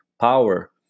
power